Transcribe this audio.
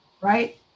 right